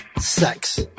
sex